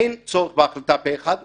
אין צורך בהחלטה פה-אחד ולכן,